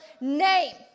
name